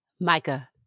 Micah